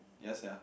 ya sia